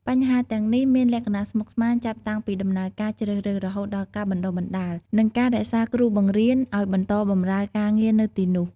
បញ្ហាទាំងនេះមានលក្ខណៈស្មុគស្មាញ ចាប់តាំងពីដំណើរការជ្រើសរើស រហូតដល់ការបណ្ដុះបណ្ដាល និងការរក្សាគ្រូបង្រៀនឲ្យបន្តបម្រើការងារនៅទីនោះ។